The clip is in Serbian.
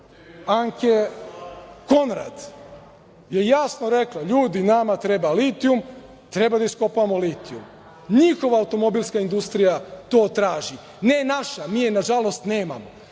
Anke Kondrad je jasno rekla – ljudi, nama treba litijum, treba da iskopavamo litijum. Njihova automobilska industrija to traži, ne naša. Mi je, nažalost, nemamo